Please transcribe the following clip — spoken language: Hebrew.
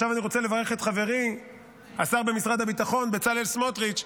ועכשיו אני רוצה לברך את חברי השר במשרד הביטחון בצלאל סמוטריץ',